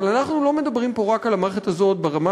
אבל אנחנו לא מדברים פה על המערכת הזאת רק ברמה